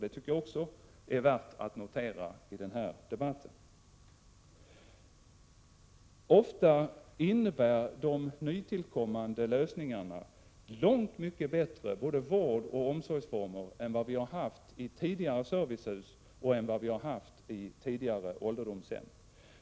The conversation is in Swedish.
Det tycker jag också är värt att notera i den här debatten. Ofta innebär de nytillkommande lösningarna långt bättre både vårdoch omsorgsformer än vi har haft i tidigare servicehus och i tidigare ålderdomshem.